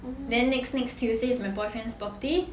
then next next tuesday's my boyfriend's birthday